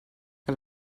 que